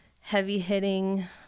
heavy-hitting